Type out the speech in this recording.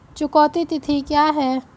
चुकौती तिथि क्या है?